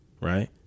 right